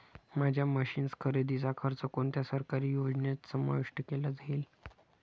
माझ्या मशीन्स खरेदीचा खर्च कोणत्या सरकारी योजनेत समाविष्ट केला जाईल?